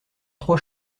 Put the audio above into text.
trois